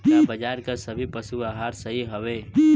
का बाजार क सभी पशु आहार सही हवें?